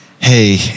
hey